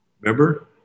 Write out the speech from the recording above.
remember